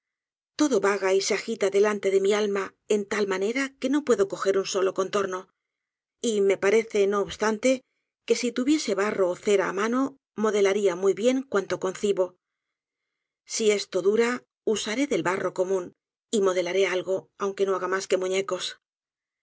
todo vaga y se agita delante de mi alma en tal manera que no puedo coger un solo contorno y me parece no obstante que si tuviese barro ó cera á mano modelaría muy bien cuanto concibo si esto dura usaré del barro común y modelaré algo aunque no haga mas que muñecos